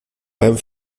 beim